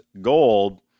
gold